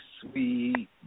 sweet